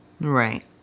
Right